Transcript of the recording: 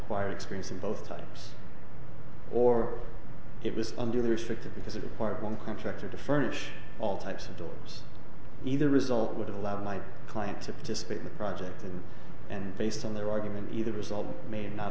choir experience and both times or it was under the restrictive because it required one contractor to furnish all types of dogs either result would allow my client to participate in the project and based on their argument either result may not